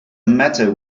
matter